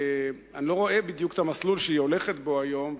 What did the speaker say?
אני לא רואה בדיוק את המסלול שהיא הולכת בו היום,